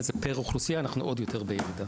זה פר אוכלוסייה אנחנו עוד יותר בירידה.